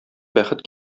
бәхет